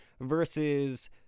versus